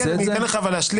אני אתן לך להשלים.